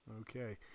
Okay